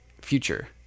future